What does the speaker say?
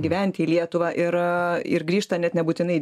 gyventi į lietuvą ir ir grįžta net nebūtinai į